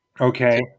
Okay